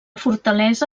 fortalesa